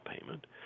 payment